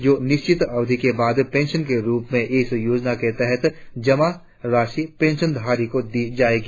जो निश्चित अवधि के बाद पेंशन के रुप में इस योजना के तहत जमा राशि पेंशनधारी को दी जाएगी